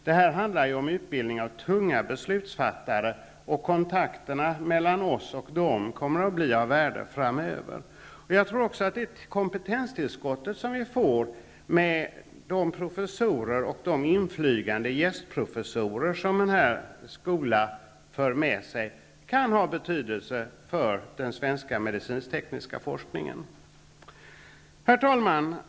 Det handlar här om utbildning av tunga beslutsfattare. Kontakterna mellan oss och dem kommer att bli av värde framöver. Det kompetenstillskott som vi får med professorer och de inflygande gästprofessorer som en sådan här skola för med sig kan ha betydelse för den svenska medicinsk-tekniska forskningen. Herr talman!